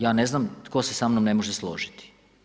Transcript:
Ja ne znam tko se samnom ne može složiti.